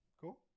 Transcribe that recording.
Cool